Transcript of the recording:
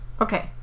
Okay